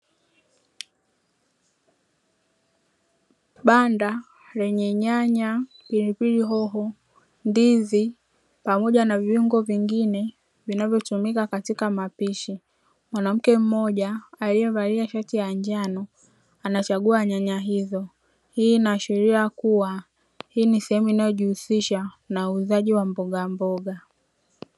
Banda lenye nyanya pilipili hoho ndizi pamoja na viungo vingine vinavyotumika katika mapishi mwanamke mmoja aliyevalia shati ya njano anachagua nyanya hizo hii inaashiria kuwa hii nisehemu inayojihusisha na uuzaji wa mboga mboga.